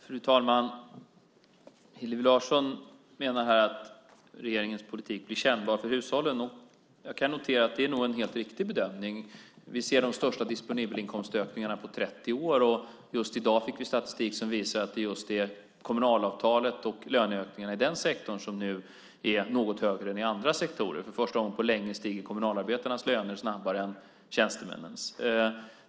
Fru talman! Hillevi Larsson menar att regeringens politik blir kännbar för hushållen. Jag kan notera att det nog är en helt riktig bedömning. Vi ser de största disponibelinkomstökningarna på 30 år. I dag fick vi statistik som visar att det just är kommunalavtalet och löneökningarna i den sektorn som nu är något högre än i andra sektorer. För första gången på länge stiger kommunalarbetarnas löner snabbare än tjänstemännens.